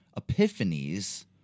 epiphanies